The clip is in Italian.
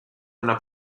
una